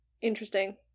interesting